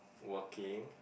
working